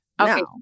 Okay